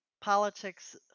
politics